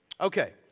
Okay